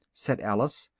said alice,